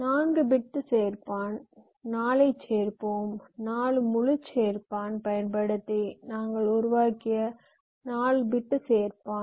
4 bit சேர்ப்பான் 4 ஐச் சேர்ப்போம் 4 முழு சேர்ப்பான் பயன்படுத்தி நாங்கள் உருவாக்கிய 4 பிட் சேர்ப்பான்